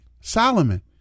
Solomon